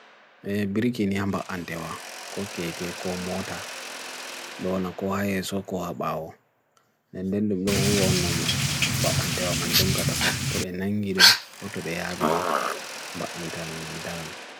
Biriki ni ham ba antewa, ko ke ke ko motor, do na ko hae so ko ha ba'o. Nen den lum lo hu wa nung ba antewa mandung kata pa tobe nangirum ko tobe abini ba antewan mandaran.